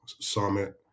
summit